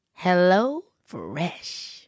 HelloFresh